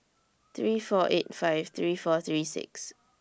three four eight five three four three six